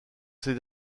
ces